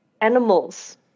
animals